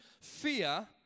fear